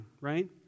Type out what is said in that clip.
right